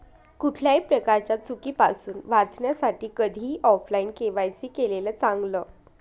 कुठल्याही प्रकारच्या चुकीपासुन वाचण्यासाठी कधीही ऑफलाइन के.वाय.सी केलेलं चांगल